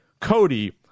Cody